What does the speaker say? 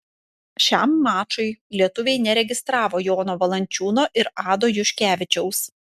šiam mačui lietuviai neregistravo jono valančiūno ir ado juškevičiaus